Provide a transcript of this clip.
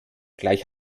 gleich